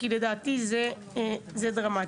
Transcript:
כי לדעתי זה דרמטי.